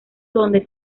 donde